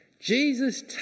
Jesus